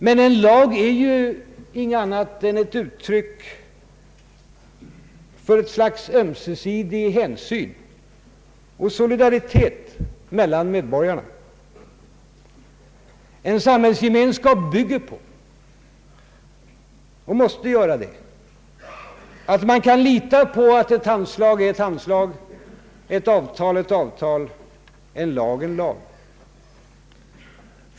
Men en lag är ju ingenting annat än ett uttryck för ett slags ömsesidig hänsyn och för solidaritet mellan medborgarna. En samhällsgemenskap bygger på — och måste bygga på — att man kan räkna med att ett handslag är ett handslag, ett avtal ett avtal, en lag en lag.